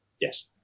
Yes